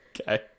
Okay